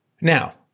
now